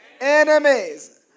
enemies